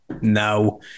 no